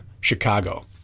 Chicago